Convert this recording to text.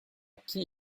qui